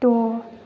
द'